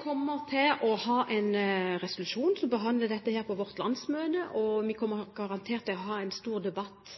kommer til å ha en resolusjon som behandler dette på vårt landsmøte, og vi kommer garantert til å ha en stor debatt